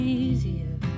easier